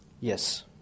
Yes